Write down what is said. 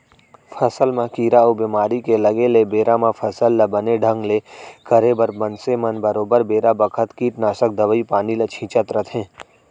फसल म कीरा अउ बेमारी के लगे ले बेरा म फसल ल बने ढंग ले करे बर मनसे मन बरोबर बेरा बखत कीटनासक दवई पानी ल छींचत रथें